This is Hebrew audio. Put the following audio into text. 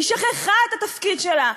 היא שכחה את התפקיד שלה.